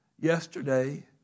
yesterday